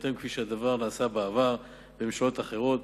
יותר מכפי שהדבר נעשה בעבר בממשלות אחרות.